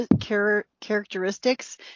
characteristics